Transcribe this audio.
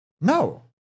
No